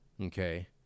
okay